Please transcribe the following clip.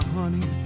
honey